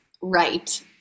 right